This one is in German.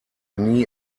nie